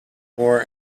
more